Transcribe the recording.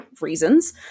reasons